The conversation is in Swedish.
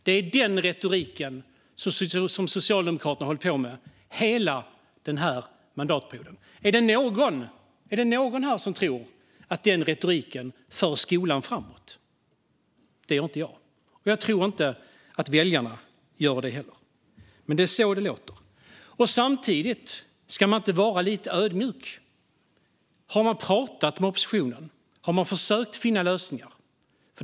Det är den retoriken som Socialdemokraterna har hållit på med hela den här mandatperioden. Är det någon här som tror att den retoriken för skolan framåt? Det gör inte jag, och jag tror inte att väljarna gör det heller. Men det är så det låter. Ska man inte vara lite ödmjuk? Har man pratat med oppositionen? Har man försökt att finna lösningar?